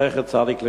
זכר צדיק לברכה.